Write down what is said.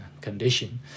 condition